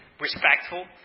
respectful